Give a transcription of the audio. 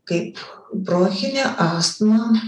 kaip bronchinė astma